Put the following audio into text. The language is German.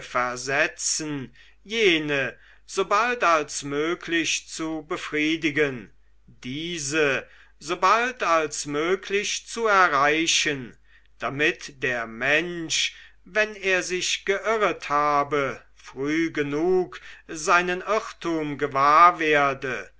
versetzen jene so bald als möglich zu befriedigen diese so bald als möglich zu erreichen damit der mensch wenn er sich geirrt habe früh genug seinen irrtum gewahr werde